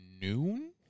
noon